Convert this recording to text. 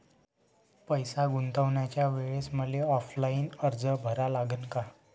पैसे गुंतवाच्या वेळेसं मले ऑफलाईन अर्ज भरा लागन का?